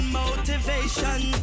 motivation